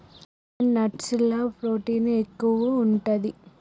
pine nuts ల protein ఎక్కువు ఉంటది